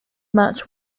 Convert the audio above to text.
match